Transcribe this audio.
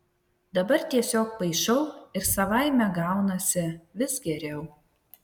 dabar tiesiog paišau ir savaime gaunasi vis geriau